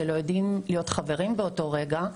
שלא יודעים להיות חברים באותו רגע,